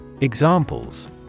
Examples